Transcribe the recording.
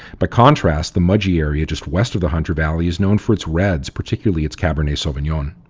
by contrast, the mudgee area just west of the hunter valley is known for its reds, particularly its cabernet sauvignon.